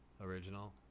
original